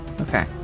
Okay